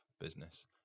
business